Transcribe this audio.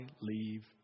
leave